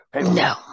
No